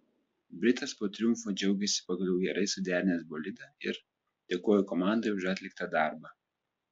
britas po triumfo džiaugėsi pagaliau gerai suderinęs bolidą ir dėkojo komandai už atliktą darbą